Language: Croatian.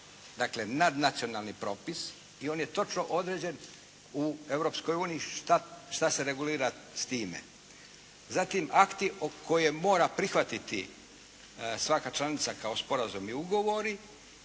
dakle nadnacionalni propis i on je točno određen u Europskoj uniji šta se regulira s time. Zatim akti koje mora prihvatiti svaka članica kao sporazum i ugovori